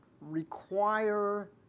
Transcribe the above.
require